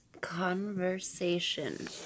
Conversation